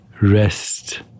rest